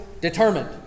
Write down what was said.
determined